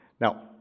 Now